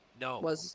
No